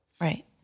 Right